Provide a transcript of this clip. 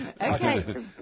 okay